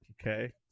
Okay